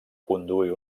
conduir